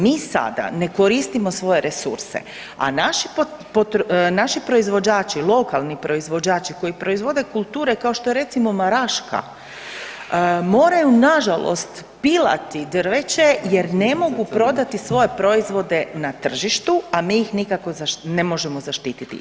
Mi sada ne koristimo svoje resurse, a naši proizvođači, lokalni proizvođači koji proizvode kulture kao što je recimo maraška, moraju nažalost pilati drveće jer ne mogu prodati svoje proizvode na tržištu, a mi ih nikako ne možemo zaštititi.